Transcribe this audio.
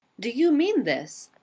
do you mean this?